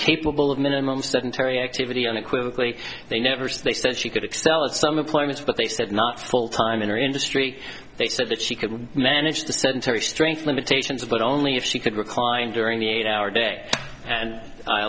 incapable of minimum seven terry activity on it quickly they never said they said she could excel at some employment but they said not full time in our industry they said that she could manage the sedentary strength limitations but only if she could recline during the eight hour day and